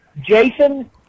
Jason